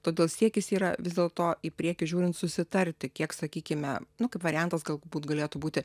todėl siekis yra vis dėl to į priekį žiūrint susitarti kiek sakykime nu kaip variantas galbūt galėtų būti